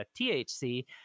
THC